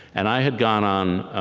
and i had gone on